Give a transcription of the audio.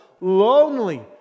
lonely